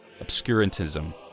obscurantism